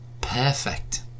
perfect